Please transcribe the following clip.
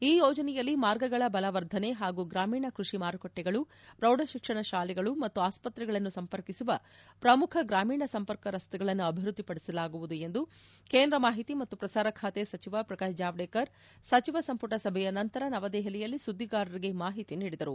ಈ ಯೋಜನೆಯಲ್ಲಿ ಮಾರ್ಗಗಳ ಬಲವರ್ಧನೆ ಹಾಗೂ ಗ್ರಾಮೀಣ ಕೃಷಿ ಮಾರುಕಟ್ಟೆಗಳು ಪ್ರೌಢ ಶಿಕ್ಷಣ ಶಾಲೆಗಳು ಮತ್ತು ಆಸ್ಪತ್ರೆಗಳನ್ನು ಸಂಪರ್ಕಿಸುವ ಪ್ರಮುಖ ಗ್ರಾಮೀಣ ಸಂಪರ್ಕ ರಸ್ತೆಗಳನ್ನು ಅಭಿವೃದ್ದಿಪಡಿಸಲಾಗುವುದು ಎಂದು ಕೇಂದ್ರ ಮಾಹಿತಿ ಮತ್ತು ಪ್ರಸಾರ ಖಾತೆ ಸಚಿವ ಪ್ರಕಾಶ್ ಜಾವಡೇಕರ್ ಸಚಿವ ಸಂಪುಟ ಸಭೆಯ ನಂತರ ನವದೆಹಲಿಯಲ್ಲಿ ಸುದ್ದಿಗಾರರಿಗೆ ಮಾಹಿತಿ ನೀಡಿದರು